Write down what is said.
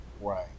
Right